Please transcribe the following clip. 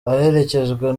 aherekejwe